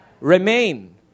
Remain